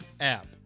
app